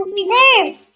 reserves